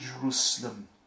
Jerusalem